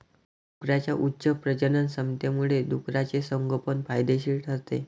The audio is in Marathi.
डुकरांच्या उच्च प्रजननक्षमतेमुळे डुकराचे संगोपन फायदेशीर ठरते